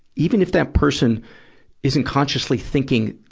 even if that person isn't consciously thinking,